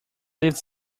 lives